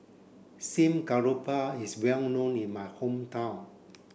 steamed Garoupa is well known in my hometown